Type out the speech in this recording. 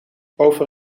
over